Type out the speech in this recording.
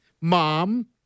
Mom